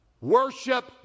worship